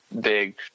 big